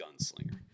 gunslinger